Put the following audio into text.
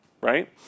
Right